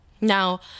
now